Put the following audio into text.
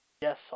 Yes